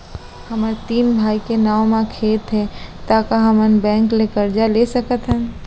हमर तीन भाई के नाव म खेत हे त का हमन बैंक ले करजा ले सकथन?